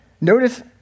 Notice